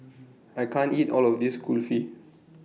I can't eat All of This Kulfi